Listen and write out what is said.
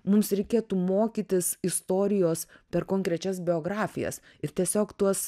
mums reikėtų mokytis istorijos per konkrečias biografijas ir tiesiog tuos